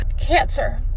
cancer